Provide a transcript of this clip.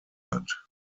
hat